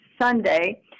Sunday